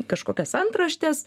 kažkokias antraštes